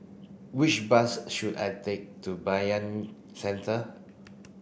which bus should I take to Bayanihan Centre